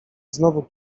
znowu